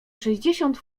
sześćdziesiąt